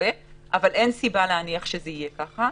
אבל אין לנו סיבה להניח שזה יהיה ככה.